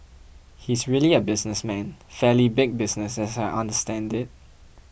he's really a businessman fairly big business as I understand it